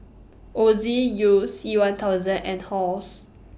Ozi YOU C one thousand and Halls